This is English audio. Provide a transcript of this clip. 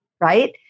right